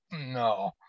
No